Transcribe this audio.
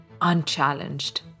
unchallenged